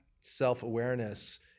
self-awareness